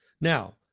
Now